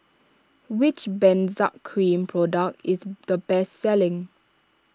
which Benzac Cream product is the best selling